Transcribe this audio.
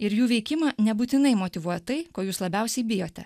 ir jų veikimą nebūtinai motyvuoja tai ko jūs labiausiai bijote